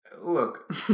Look